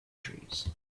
trees